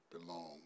belong